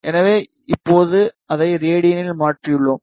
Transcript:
எனவே இப்போது அதை ரேடியனில் மாற்றியுள்ளோம்